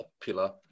popular